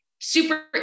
super